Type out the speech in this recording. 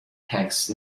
text